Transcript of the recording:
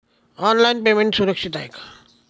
Online payment सुरक्षित आहे का?